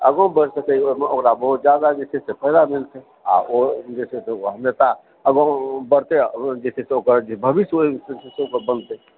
आगाँ बढ़तै ओकरा ओहिमे बहुत जादा जे छै से फायदा मिलतै आ ओ जे छै से हमेशा आगाँ बढ़तै आ ओकर भविष्य जे छै से ओहिमे बनतै